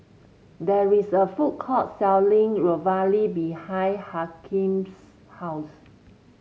there is a food court selling Ravioli behind Hakeem's house